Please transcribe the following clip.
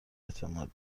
اعتماد